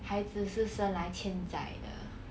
孩子是生来欠债的